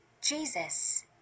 Jesus